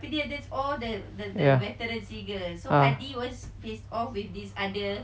ya ah